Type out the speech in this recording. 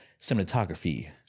cinematography